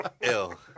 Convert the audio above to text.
Ill